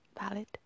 valid